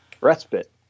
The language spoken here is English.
respite